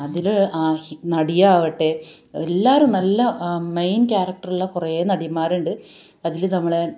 അതില് ആ നടിയാവട്ടെ എല്ലാവരും നല്ല മെയിൻ കാരെക്റ്റർ ഉള്ള കുറെ നടിമാരുണ്ട് അതില് നമ്മളുടെ